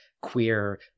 queer